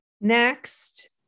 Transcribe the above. Next